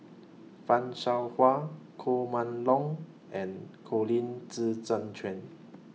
fan Shao Hua Koh Mun Hong and Colin Zhi Zhe Quan